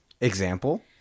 Example